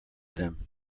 them